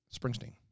Springsteen